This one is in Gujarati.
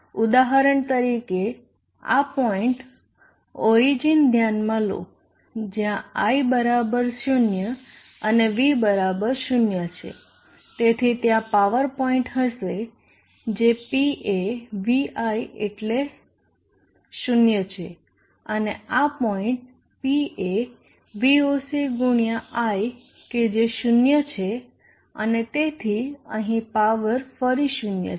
ઉદાહરણ તરીકે આ પોઈન્ટ ઓરીજીન ધ્યાનમાં લો જ્યાં i બરાબર 0 અને v બરાબર 0 છે તેથી ત્યાં પાવર પોઈન્ટ હશે જે P એ v i એટલે શૂન્ય છે અને આ પોઈન્ટ P એ V oc ગુણ્યા i કે જે 0 છે અને તેથી અહીં પાવર ફરી 0 છે